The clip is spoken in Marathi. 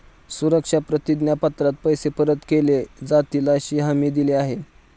सुरक्षा प्रतिज्ञा पत्रात पैसे परत केले जातीलअशी हमी दिली आहे